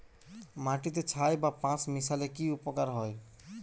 মাটিতে ছাই বা পাঁশ মিশালে কি উপকার হয়?